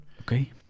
okay